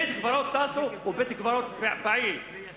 בית-הקברות טאסו הוא בית-קברות פעיל.